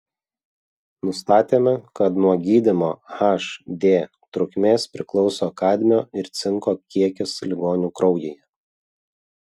nustatėme kad nuo gydymo hd trukmės priklauso kadmio ir cinko kiekis ligonių kraujyje